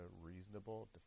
reasonable